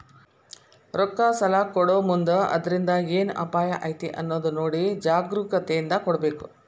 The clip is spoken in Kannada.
ರೊಕ್ಕಾ ಸಲಾ ಕೊಡೊಮುಂದ್ ಅದ್ರಿಂದ್ ಏನ್ ಅಪಾಯಾ ಐತಿ ಅನ್ನೊದ್ ನೊಡಿ ಜಾಗ್ರೂಕತೇಂದಾ ಕೊಡ್ಬೇಕ್